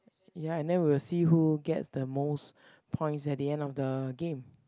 ya and then we'll see who gets the most points at the end of the game